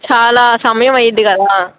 చాలా సమయమయ్యిద్ది కదా